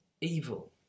evil